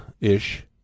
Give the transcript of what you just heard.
ish